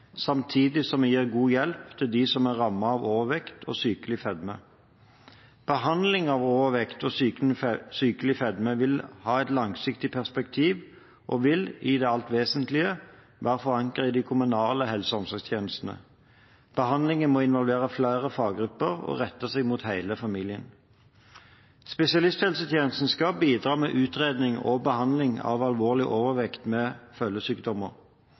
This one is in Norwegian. samtidig som vi gir god hjelp til dem som er rammet av overvekt og sykelig fedme. Behandling av overvekt og sykelig fedme vil ha et langsiktig perspektiv og vil i det alt vesentlige være forankret i de kommunale helse- og omsorgstjenestene. Behandlingen må involvere flere faggrupper og rette seg mot hele familien. Spesialisthelsetjenesten skal bidra med utredning og behandling av alvorlig overvekt med følgesykdommer.